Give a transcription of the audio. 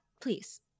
please